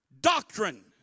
Doctrine